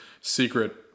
secret